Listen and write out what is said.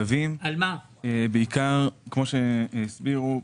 ב-2021 היו 308 גרעינים.